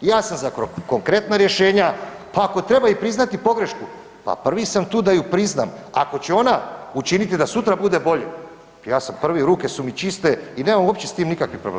Ja sam za konkretna rješenja, pa ako treba i priznati pogrešku, pa prvi sam tu da ju priznam ako će ona učiniti da sutra bude bolje, ja sam prvi, ruke su mi čiste i nemam uopće s tim nikakvih problema.